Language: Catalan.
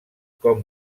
com